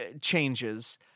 changes